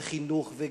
וחינוך,